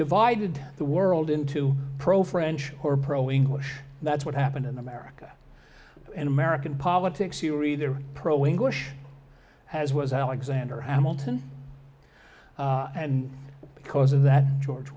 divided the world into pro french or pro english that's what happened in america in american politics you're either pro english as was alexander hamilton and because of that george